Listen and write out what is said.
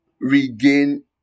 regain